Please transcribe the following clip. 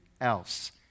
else